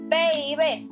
baby